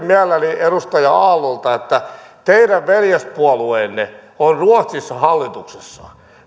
mielelläni edustaja aallolta teidän veljespuolueenne on ruotsissa hallituksessa